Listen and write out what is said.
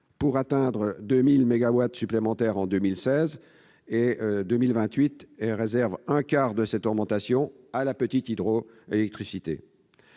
pour atteindre 2 000 mégawatts supplémentaires entre 2016 et 2028, en réservant un quart de cette augmentation à la « petite hydroélectricité